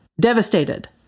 devastated